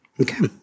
Okay